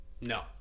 No